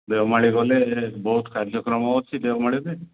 ଦେଓମାଳି ଗଲେ ବହୁତ କାର୍ଯ୍ୟକ୍ରମ ଅଛି ଦେଓମାଳିରେ